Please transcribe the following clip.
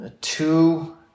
Two